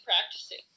practicing